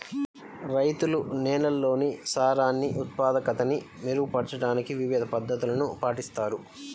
రైతులు నేలల్లోని సారాన్ని ఉత్పాదకతని మెరుగుపరచడానికి వివిధ పద్ధతులను పాటిస్తారు